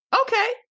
Okay